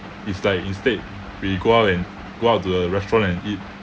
is like instead we go out and go out to the restaurant and eat